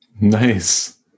Nice